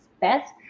best